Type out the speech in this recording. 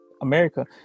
America